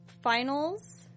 finals